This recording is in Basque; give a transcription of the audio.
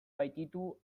baititu